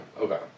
Okay